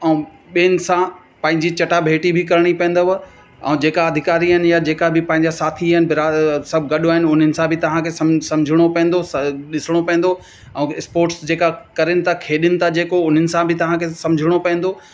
ऐं ॿियनि सां पंहिंजी चटाभेटी बि करिणी पवंदव ऐं जेका अधिकारी आहिनि या जेका बि पंहिंजा साथी आहिनि बिरा सभु गॾु आहिनि उन्हनि सां बि तव्हांखे सम्झ सम्झणो पवंदो स ॾिसिणो पवंदो ऐं स्पोर्ट्स जेका करनि था खेॾनि था जेको उन्हनि सां बि तव्हांखे सम्झणो पवंदो